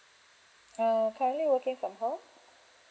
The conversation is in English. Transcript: err currently working from home